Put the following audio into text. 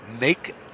make